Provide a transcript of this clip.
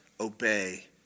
obey